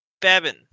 Babin